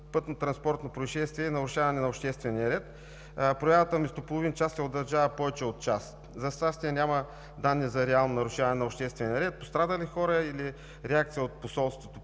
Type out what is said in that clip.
пътнотранспортно произшествие и нарушаване на обществения ред. Проявата вместо половин час се удължава повече от час. За щастие, няма данни за реално нарушаване на обществения ред, пострадали хора или реакция от Посолството